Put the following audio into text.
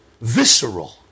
visceral